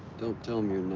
don't tell me